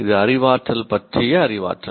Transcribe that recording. இது அறிவாற்றல் பற்றிய அறிவாற்றல்